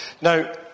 now